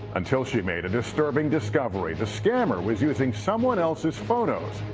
until she made a disturbing discovery. the scammer was using someone else's photos.